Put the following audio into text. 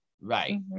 right